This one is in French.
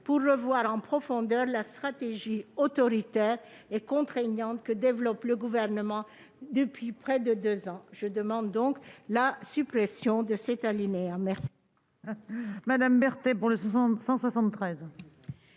pour revoir en profondeur la stratégie autoritaire et contraignante que développe le Gouvernement depuis près de deux ans. Je demande donc la suppression de cet alinéa.